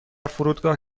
فرودگاه